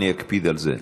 אני אקפיד על זה.